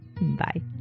Bye